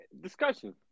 discussion